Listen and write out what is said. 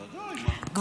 ודאי, מה?